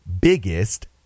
biggest